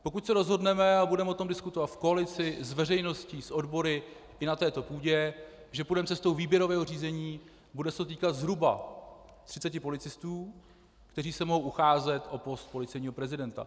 Pokud se rozhodneme a budeme o tom diskutovat v koalici, s veřejností, s odbory i na této půdě , že půjdeme cestou výběrového řízení, bude se to týkat zhruba 30 policistů, kteří se mohou ucházet o post policejního prezidenta.